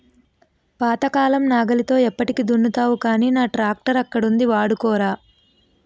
పాతకాలం నాగలితో ఎప్పటికి దున్నుతావ్ గానీ నా ట్రాక్టరక్కడ ఉంది వాడుకోరా